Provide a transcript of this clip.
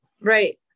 Right